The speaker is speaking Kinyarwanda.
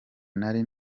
nari